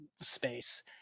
space